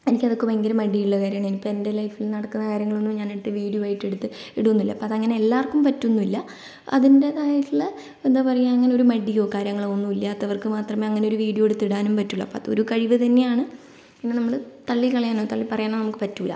എനിക്ക് അതൊക്കെ ഭയങ്കര മടിയുള്ള കാര്യമാണ് ഇപ്പോൾ എൻ്റെ ലൈഫിൽ നടക്കുന്ന കാര്യങ്ങളൊന്നും ഞാൻ എടുത്ത് വീഡിയോ ആയിട്ട് എടുത്ത് ഇടുകയൊന്നുമില്ല അത് അങ്ങനെ എല്ലാർവക്കും പറ്റുകയൊന്നുമില്ല അതിൻ്റേതായിട്ടുള്ള എന്താ പറയുക അങ്ങനെ ഒരു മടിയോ കാര്യങ്ങളോ ഒന്നുമില്ലാത്തവർക്ക് മാത്രമേ അങ്ങനെ ഒരു വീഡിയോ എടുത്തിടാനും പറ്റുള്ളൂ അപ്പോൾ അത് അങ്ങനെ ഒരു കഴിവ് തന്നെയാണ് പിന്നെ നമ്മള് തള്ളിക്കളയാനോ തള്ളിപ്പറയാനോ നമുക്ക് പറ്റില്ല